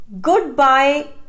Goodbye